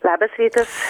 labas rytas